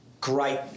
great